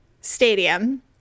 Stadium